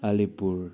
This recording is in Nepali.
अलिपुर